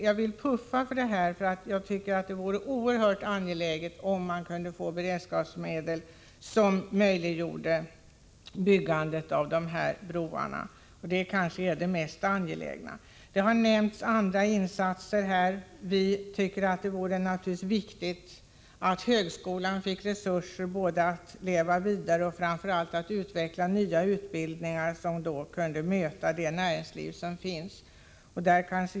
Jag vill puffa för att beredskapsmedel tillförs länet. Det är bl.a. oerhört angeläget att byggandet av dessa broar möjliggörs. Andra insatser har också nämnts. Det är t.ex. viktigt att högskolan får resurser för att leva vidare och framför allt för att utveckla nya utbildningar som kan möta näringslivets behov.